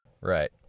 Right